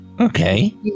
Okay